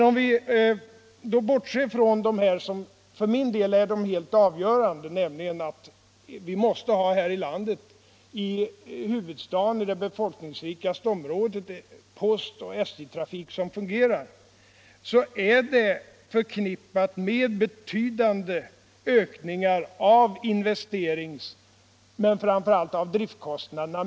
Om vi bortser från de hänsyn som för mig är de helt avgörande — nämligen att vi i det befolkningsrikaste området här i landet, i huvudstaden, måste ha en postoch SJ-trafik som fungerar — finns det skäl som talar emot en sådan förläggning. En förläggning längre ut är förknippad med betydande ökningar av investeringsoch framför allt av driftkostnaderna.